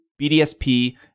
BDSP